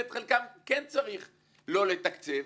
ואת חלקם כן צריך לא לתקצב